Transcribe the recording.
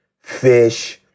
fish